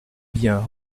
bien